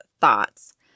thoughts